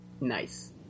Nice